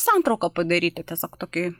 santrauką padaryti tiesiog tokį